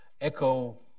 echo